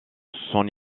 son